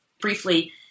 briefly